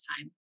time